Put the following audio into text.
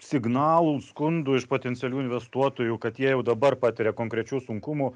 signalų skundų iš potencialių investuotojų kad jie jau dabar patiria konkrečių sunkumų